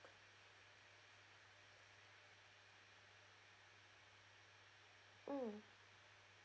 mm